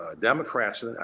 Democrats